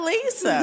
Lisa